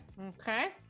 okay